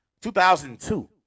2002